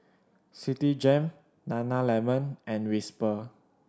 Citigem Nana Lemon and Whisper